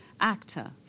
Actor